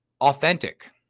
authentic